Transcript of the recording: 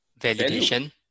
validation